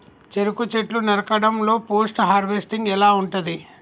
చెరుకు చెట్లు నరకడం లో పోస్ట్ హార్వెస్టింగ్ ఎలా ఉంటది?